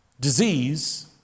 disease